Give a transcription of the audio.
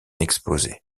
exposé